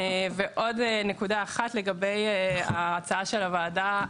עוד נקודה אחת לגבי ההצעה של הוועדה,